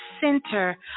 center